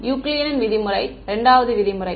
Euclidean விதிமுறை 2 வது விதிமுறை